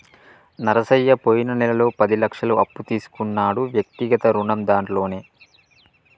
నరసయ్య పోయిన నెలలో పది లక్షల అప్పు తీసుకున్నాడు వ్యక్తిగత రుణం దాంట్లోనే